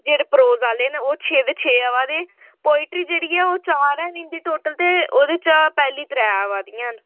जेह्ड़े प्रोज आह्ले न ओह् छे दे छे आवै दे पोएट्री जेह्ड़ी ऐ ओह् चार ऐ इं'दी टोटल ते ओह्दे चा पैह्ली त्रै आवै दियां न